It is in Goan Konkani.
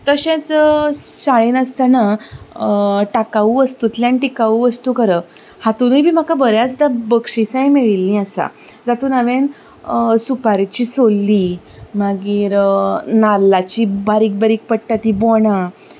तशेंच शाळेंत आसतना टाकाउ वस्तूंतल्यान टिकाउ वस्तू करप हातुंतूय बी म्हाका बऱ्याचदां बक्षिसांय मेळिल्लीं आसा जातूंत हांवें सुपारेची मागीर नाल्लाचीं बारीक बारीक पडटा तीं बोंडां